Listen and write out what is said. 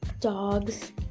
Dogs